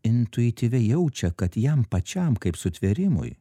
intuityviai jaučia kad jam pačiam kaip sutvėrimui